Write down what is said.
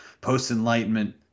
post-enlightenment